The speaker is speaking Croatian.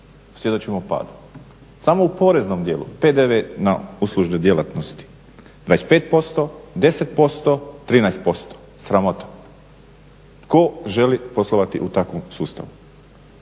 svjedočimo padu. Samo u poreznom dijelu PDV na uslužne djelatnosti 25%, 10%, 13%. Sramota. Tko želi poslovati u takvom sustavu?